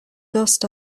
dust